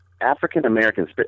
African-Americans